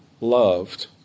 loved